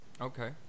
Okay